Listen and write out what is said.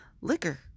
liquor